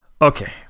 Okay